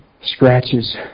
scratches